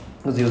ya